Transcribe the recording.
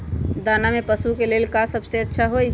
दाना में पशु के ले का सबसे अच्छा होई?